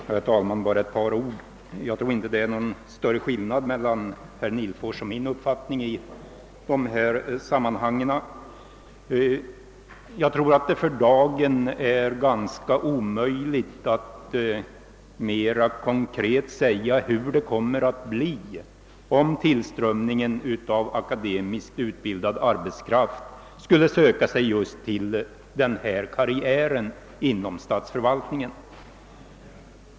Herr talman! Jag tror inte det är någon större skillnad mellan herr Nihlfors och min uppfattning i dessa sammanhang. För dagen är det nog omöjligt att mer konkret säga hur utvecklingen kommer att bli om det skulle bli en tillströmning av akademiskt utbildad arbetskraft till denna karriär inom statsförvaltningen.